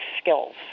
skills